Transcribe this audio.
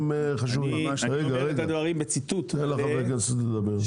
רגע רגע תן לחבר הכנסת לבדר.